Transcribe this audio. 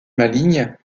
maligne